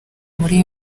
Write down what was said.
muri